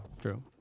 true